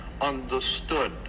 understood